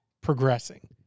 progressing